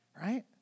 right